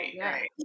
Right